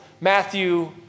Matthew